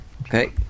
Okay